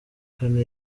kane